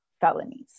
felonies